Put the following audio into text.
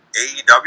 AEW